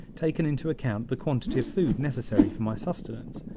taken into account the quantity of food necessary for my sustenance.